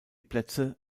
plätze